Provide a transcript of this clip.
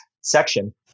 section